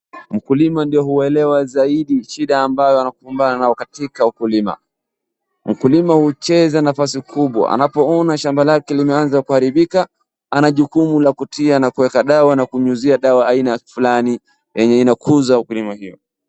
Mkulima ndio huelewa zaidi shida ambayo anakumbana nayo katika ukulima. Mkulima hucheza nafasi kubwa, anapoona shamba lake limeanza kuharibika, ana jukumu la kutia na kuweka dawa na kunyunyizia dawa aina fulani yenye inakuza ukulima huo.